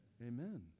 Amen